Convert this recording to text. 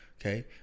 okay